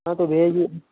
हँ तो भैया जी